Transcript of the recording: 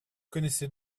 connaissez